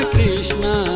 Krishna